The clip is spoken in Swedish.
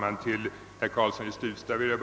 Herr talman!